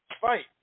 fight